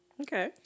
Okay